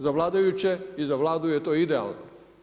Za vladajuće i za Vladu je to idealno.